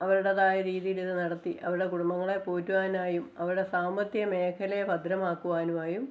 അവരുടേതായ രീതിയില് ഇത് നടത്തി അവരുടെ കുടുംബങ്ങളെ പോറ്റുവാനായും അവരുടെ സാമ്പത്തിക മേഖലയെ ഭദ്രമാക്കുവാനുമായും